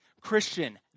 Christian